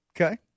Okay